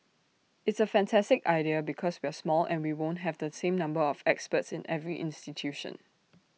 it's A fantastic idea because we're small and we won't have the same number of experts in every institution